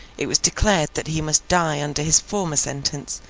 it was declared that he must die under his former sentence,